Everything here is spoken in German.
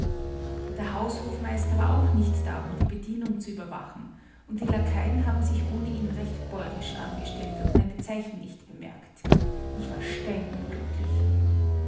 der haushofmeister war auch nicht da um die bedienung zu überwachen und die laquaien haben sich ohne ihn recht bäurisch angestellt und meine zeichen nicht bemerkt ich war